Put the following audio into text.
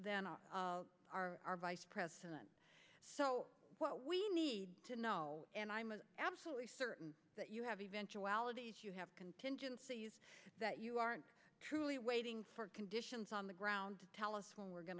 of our vice president so what we need to know and i'm absolutely certain that you have eventuality if you have contingencies that you aren't truly waiting for conditions on the ground to tell us when we're going